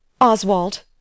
Oswald